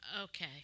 okay